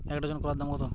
এক ডজন কলার দাম কত?